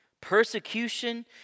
Persecution